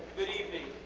good evening.